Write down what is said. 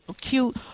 cute